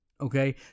Okay